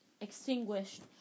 extinguished